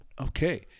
okay